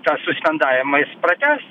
tą suspendavimą jis pratęs